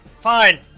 Fine